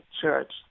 church